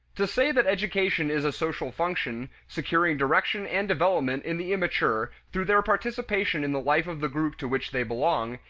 to say that education is a social function, securing direction and development in the immature through their participation in the life of the group to which they belong,